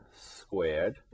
squared